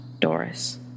Doris